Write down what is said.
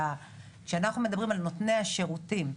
כשאנחנו מדברים על נותני השירותים,